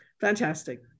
Fantastic